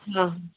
हाँ